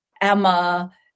Emma